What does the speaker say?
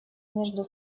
между